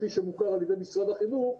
כפי שמוכר על ידי משרד החינוך,